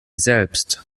selbst